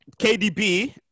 KDB